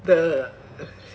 the